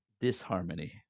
disharmony